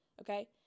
okay